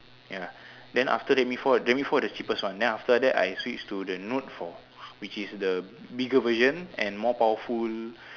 ya then after that mi-four the mi-four the cheapest one then after that I switch to the note-four which is the bigger version and more powerful